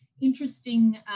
interesting